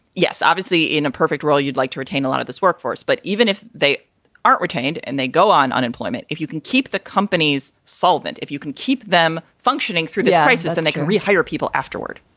yes, obviously in a perfect world, you'd like to retain a lot of this workforce. but even if they aren't retained and they go on unemployment, if you can keep the companies solvent, if you can keep them functioning through the crisis, then they can rehire people afterward.